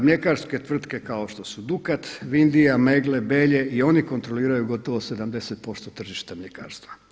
Mljekarske tvrtke kao što su Dukat, Vindija, Megle, Belje i oni kontroliraju gotovo 70% tržišta mljekarstva.